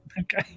Okay